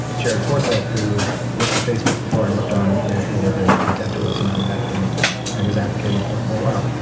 jared forsyth who worked at facebook before and worked on react native and and dev tools around that and and was advocating for it for a while.